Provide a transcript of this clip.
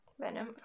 Venom